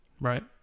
Right